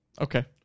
Okay